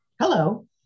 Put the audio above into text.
Hello